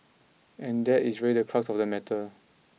and that is really the crux of the matter